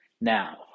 Now